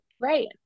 right